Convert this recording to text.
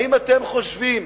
האם אתם חושבים